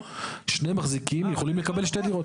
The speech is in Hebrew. שני מחזיקים יכולים לקבל שתי דירות.